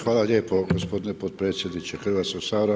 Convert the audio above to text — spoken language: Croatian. Hvala lijepo gospodine potpredsjedniče Hrvatskog sabora.